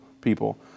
people